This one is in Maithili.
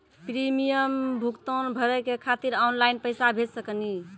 प्रीमियम भुगतान भरे के खातिर ऑनलाइन पैसा भेज सकनी?